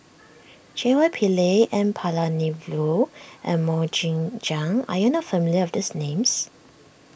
J Y Pillay N Palanivelu and Mok Ying Jang are you not familiar with these names